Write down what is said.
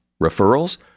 Referrals